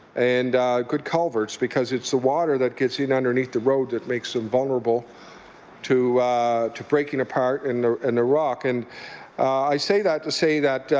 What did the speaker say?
and good culverts, because it's the water that gets you know underneath the roads that makes them vulnerable to to breaking apart and the and rock. and i say that to say